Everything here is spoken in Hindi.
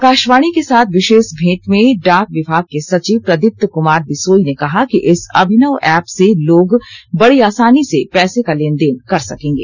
आकाशवाणी को साथ विशेष मेंट में डाक विभाग के सचिव प्रदीप्त कुमार बिसोई ने कहा कि इस अभिनव एप से लोग बड़ी आसानी से पैसे का लेन देन कर सकेंगे